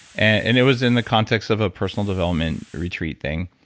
and it was in the context of a personal development retreat thing.